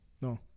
No